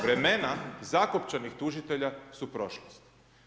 Vremena zakopčanih tužitelja su prošlost.